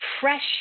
fresh